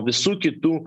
visų kitų